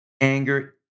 anger